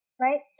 right